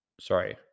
sorry